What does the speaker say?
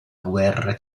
guerra